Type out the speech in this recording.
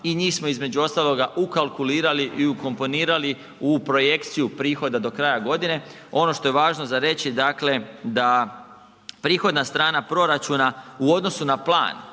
i njih smo između ostaloga ukalkulirali i ukomponirali u projekciju prihoda do kraja godine. Ono što je važno za reći dakle da prihodna strana proračuna u odnosu na plan,